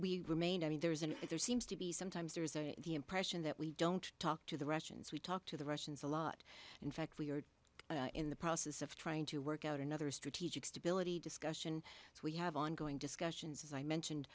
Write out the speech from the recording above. we remain i mean there is an there seems to be sometimes there is there is the impression that we don't talk to the russians we talk to the russians a lot in fact we are in the process of trying to work out another strategic stability discussion so we have ongoing discussions as i mentioned